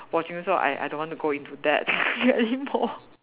watching so I I don't want to go into depth anymore